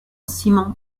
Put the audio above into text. ciment